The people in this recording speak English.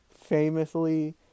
famously